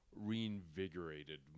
reinvigorated